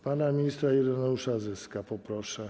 Pana ministra Ireneusza Zyska poproszę.